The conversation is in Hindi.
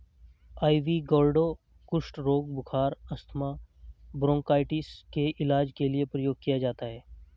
आइवी गौर्डो कुष्ठ रोग, बुखार, अस्थमा, ब्रोंकाइटिस के इलाज के लिए प्रयोग किया जाता है